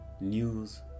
news